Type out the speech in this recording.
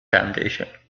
foundation